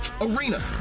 arena